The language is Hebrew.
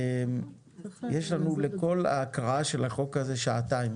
יש לנו לכל ההקראה של החוק הזה שעתיים.